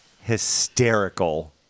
hysterical